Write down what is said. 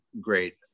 great